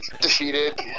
Defeated